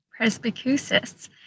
Presbycusis